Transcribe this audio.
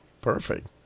Perfect